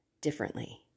differently